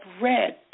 red